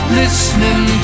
listening